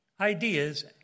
ideas